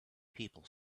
people